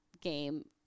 game